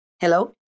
Hello